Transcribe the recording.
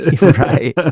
Right